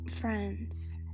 friends